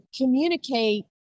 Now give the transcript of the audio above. communicate